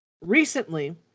recently